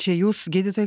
čia jūs gydytojai